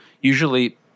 Usually